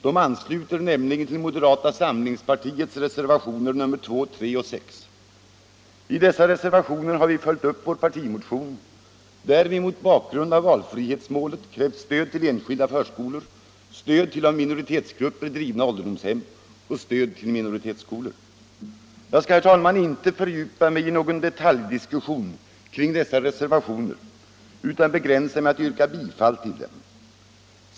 De ansluter nämligen till moderata samlingspartiets reservationer nr 2, 3 och 6. I dessa reservationer har vi följt upp vår partimotion, där vi mot bakgrund av valfrihetsmålet krävt stöd till enskilda förskolor, stöd till av minoritetsgrupper drivna ålderdomshem och stöd till minoritetsskolor. Jag skall, herr talman, inte fördjupa mig i någon detaljdiskussion kring dessa reservationer, utan begränsa mig till att yrka bifall till dem.